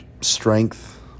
strength